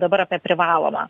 dabar apie privalomą